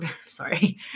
Sorry